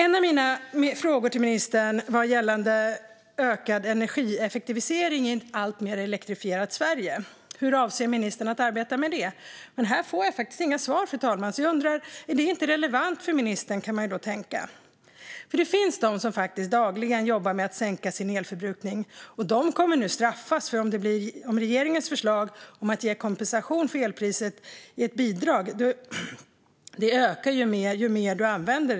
En av mina frågor till ministern gällde ökad energieffektivisering i ett alltmer elektrifierat Sverige. Hur avser ministern att arbeta med det? Här får jag faktiskt inga svar, fru talman, och då kan man ju undra om det inte är relevant för ministern. Det finns nämligen de som dagligen jobbar med att sänka sin elförbrukning, och de kommer nu att straffas genom regeringens förslag om att ge kompensation för elpriset via ett bidrag. Bidraget ökar nämligen ju mer el du använder.